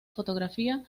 fotografía